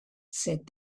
said